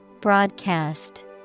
Broadcast